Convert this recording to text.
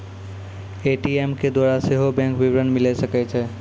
ATM के द्वारा सेहो बैंक विबरण मिले सकै छै